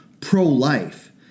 pro-life